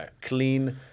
clean